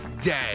Day